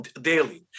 daily